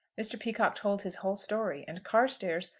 mr. peacocke told his whole story, and carstairs,